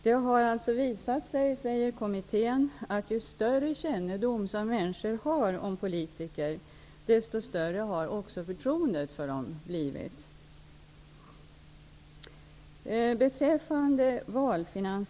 Det har enligt kommittén visat sig att ju större kännedom människor har om politiker, desto större har deras förtroende för politikerna blivit.